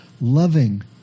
loving